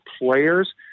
players